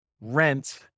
rent